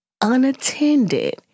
unattended